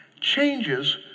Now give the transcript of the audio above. changes